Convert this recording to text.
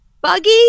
Buggy